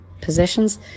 possessions